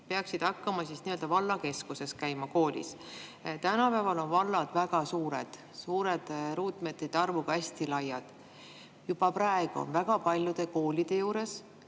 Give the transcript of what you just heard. peaksid hakkama koolis käima vallakeskuses. Tänapäeval on vallad väga suured, suure ruutmeetrite arvuga, hästi laiad. Juba praegu on väga paljude koolide juures